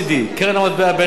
קרן המטבע הבין-לאומית,